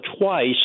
twice